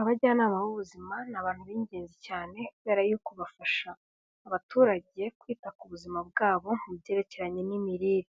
Abajyanama b'ubuzima, ni abantu b'ingenzi cyane kubera yuko bafasha abaturage kwita ku buzima bwabo mu byerekeranye n'imirire.